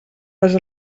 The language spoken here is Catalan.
les